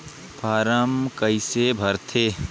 Form कइसे भरते?